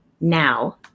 now